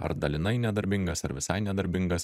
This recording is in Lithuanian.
ar dalinai nedarbingas ar visai nedarbingas